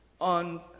on